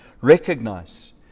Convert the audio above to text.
recognize